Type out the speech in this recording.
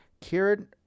Kieran